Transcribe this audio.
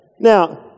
Now